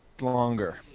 longer